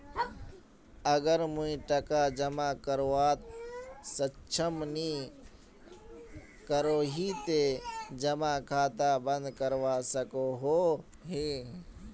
अगर मुई टका जमा करवात सक्षम नी करोही ते जमा खाता बंद करवा सकोहो ही?